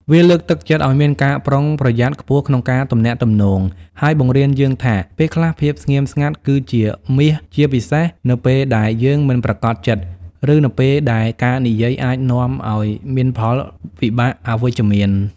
វាលើកទឹកចិត្តឱ្យមានការប្រុងប្រយ័ត្នខ្ពស់ក្នុងការទំនាក់ទំនង ហើយបង្រៀនយើងថា ពេលខ្លះភាពស្ងៀមស្ងាត់គឺជាមាស ជាពិសេសនៅពេលដែលយើងមិនប្រាកដចិត្ត ឬនៅពេលដែលការនិយាយអាចនាំឱ្យមានផលវិបាកអវិជ្ជមាន។